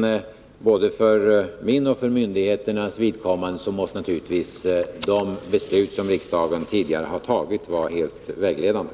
Men både för min och för myndigheternas vidkommande måste naturligtvis de beslut som riksdagen tidigare har fattat vara helt vägledande.